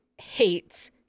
hates